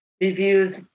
reviews